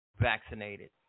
vaccinated